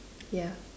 ya